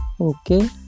okay